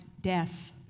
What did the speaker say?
death